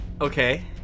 okay